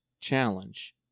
challenge